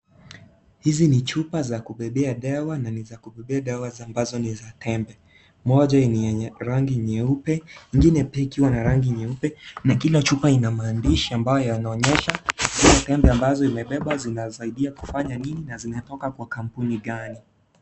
Hizi ni chupa za kubebea dawa na niza kubebea dawa ambazo ni za tembe. Moja ina rangi nyeupe, ingine pia ikiwa na rangi nyeupe. Na kila chupa ina maandishi, ambayo yanaonyesha kila tembe ambazo inabeba zinasaidia kufanya nini na zinatoka kwa kampuni gani.